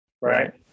Right